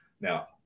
Now